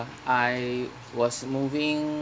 I was moving